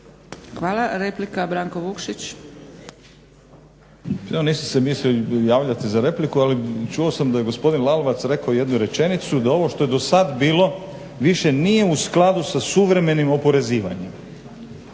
- Stranka rada)** Evo nisam se mislio javljati za repliku, ali čuo sam da je gospodin Lalovac rekao jednu rečenicu da ovo što je do sad bilo više nije u skladu sa suvremenim oporezivanjem.